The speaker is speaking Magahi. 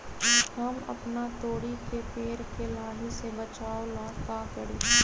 हम अपना तोरी के पेड़ के लाही से बचाव ला का करी?